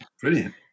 Brilliant